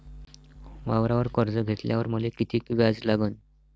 वावरावर कर्ज घेतल्यावर मले कितीक व्याज लागन?